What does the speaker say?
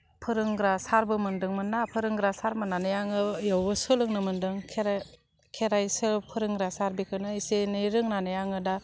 फोरोंग्रा सारबो मोन्दोंमोन्ना फोरोंग्रा सानमोन्नानै आङो बियावबो सोलोंनो मोन्दों खेराइ खेराइ सायाव फोरोंग्रा सार बिखौनो एसे ऐनो रोंनानै आङो दा